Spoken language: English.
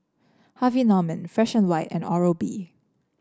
Harvey Norman Fresh And White and Oral B